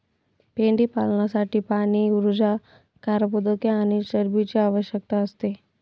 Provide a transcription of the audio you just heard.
मेंढीपालनासाठी पाणी, ऊर्जा, कर्बोदके आणि चरबीची आवश्यकता असते